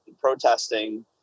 protesting